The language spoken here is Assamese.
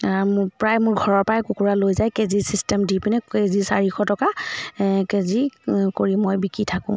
প্ৰায় মোৰ ঘৰৰ পৰাই কুকুৰা লৈ যায় কেজি ছিষ্টেম দি পিনে কেজি চাৰিশ টকা কেজি কৰি মই বিকি থাকোঁ